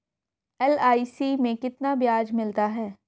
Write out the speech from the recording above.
LIC में कितना ब्याज मिलता है?